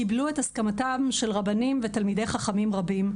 קיבלו את הסכמתם של רבנים ותלמידי חכמים רבים,